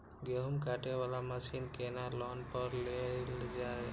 गेहूँ काटे वाला मशीन केना लोन पर लेल जाय?